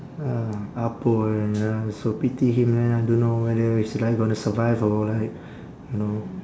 uh ah poh ya so pity him man I don't know whether he's like gonna survive or like know